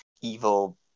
evil